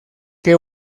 que